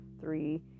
three